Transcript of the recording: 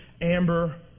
Amber